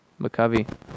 McCovey